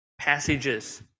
passages